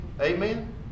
Amen